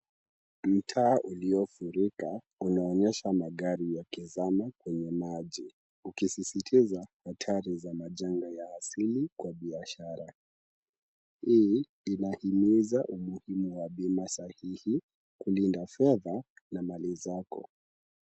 Mtaa uliofurika unaonyesha magari yakizama kwenye maji. Ukisisitiza hatari za majanga ya asili kwa usalama wa biashara. Hii inahimiza umuhimu wa bima sahihi kulinda fedha na mali zako.